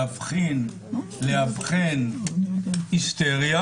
להבחין ולאבחן היסטריה